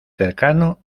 cercano